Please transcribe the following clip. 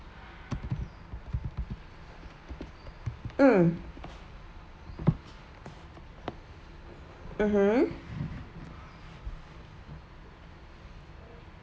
mm mmhmm